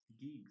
gigs